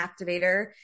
activator